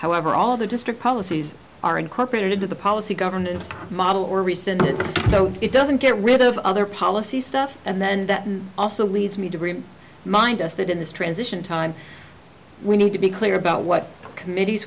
however all the district policies are incorporated into the policy governance model or rescinded so it doesn't get rid of other policy stuff and then that also leads me to mind us that in this transition time we need to be clear about what committees